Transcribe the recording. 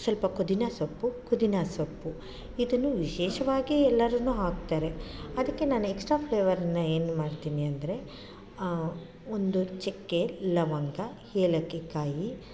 ಸಲ್ಪ ಪುದೀನ ಸೊಪ್ಪು ಪುದೀನ ಸೊಪ್ಪು ಇದನ್ನು ವಿಶೇಷವಾಗಿ ಎಲ್ಲರೂ ಹಾಕ್ತಾರೆ ಅದಕ್ಕೆ ನಾನು ಎಕ್ಸ್ಟ್ರಾ ಫ್ಲೇವರನ್ನ ಏನು ಮಾಡ್ತೀನಿ ಅಂದರೆ ಒಂದು ಚಕ್ಕೆ ಲವಂಗ ಏಲಕ್ಕಿಕಾಯಿ